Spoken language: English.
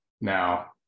now